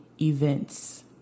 events